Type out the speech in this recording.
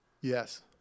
yes